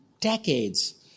decades